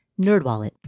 NerdWallet